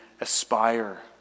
aspire